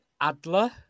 Adler